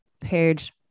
page